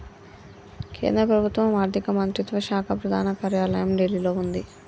కేంద్ర ప్రభుత్వం ఆర్ధిక మంత్రిత్వ శాఖ ప్రధాన కార్యాలయం ఢిల్లీలో వుంది